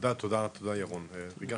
תודה רבה ירון, ריגשת.